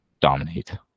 dominate